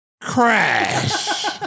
Crash